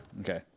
Okay